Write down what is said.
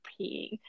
peeing